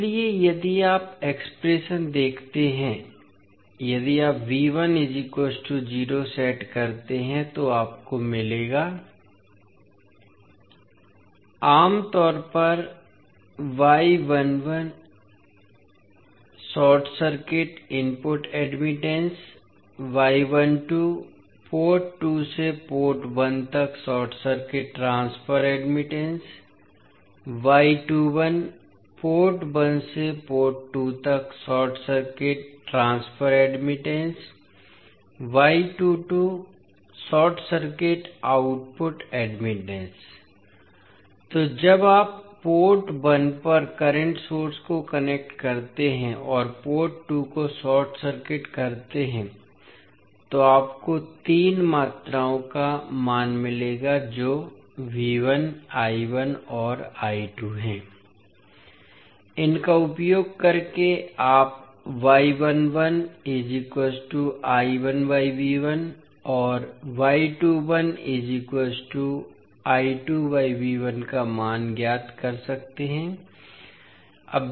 इसलिए यदि आप एक्सप्रेशन देखते हैं यदि आप सेट करते हैं तो आपको मिलेगा आम तौर पर short circuit input admittance port 2 से पोर्ट 1 तक short circuit transfer admittance port 1 से पोर्ट 2 तक short circuit transfer admittance short circuit output admittance इसलिए जब आप पोर्ट 1 पर करंट सोर्स को कनेक्ट करते हैं और पोर्ट 2 को शॉर्ट सर्किट करते हैं तो आपको तीन मात्राओं का मान मिलेगा जो और है और इनका उपयोग करके आप और का मान ज्ञात कर सकते हैं